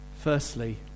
Firstly